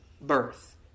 birth